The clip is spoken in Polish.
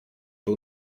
był